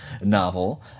novel